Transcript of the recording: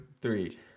three